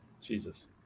Jesus